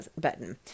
button